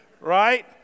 right